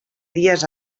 dies